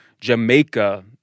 Jamaica